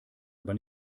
aber